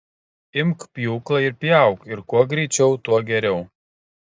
imk pjūklą ir pjauk ir kuo greičiau tuo geriau